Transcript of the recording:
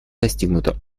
достигнуто